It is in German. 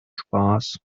spaß